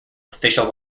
official